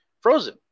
frozen